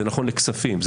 כספים,